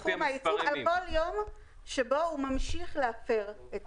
אחד חלקי 50 מסכום העיצום על כל יום שבו הוא ממשיך להפר את